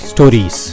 Stories